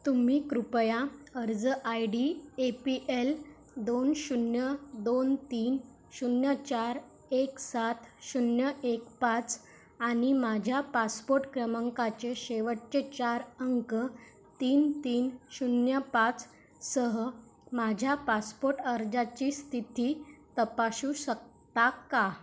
तुम्ही कृपया अर्ज I D A P L दोन शून्य दोन तीन शून्य चार एक सात शून्य एक पाच आणि माझ्या पासपोट क्रमांकाचे शेवटचे चार अंक तीन तीन शून्य पाच सह माझ्या पासपोट अर्जाची स्थिती तपाशू शकता का